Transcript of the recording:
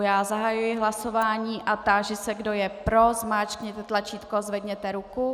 Já zahajuji hlasování a táži se, kdo je pro, zmáčkněte tlačítko, zvedněte ruku.